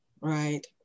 right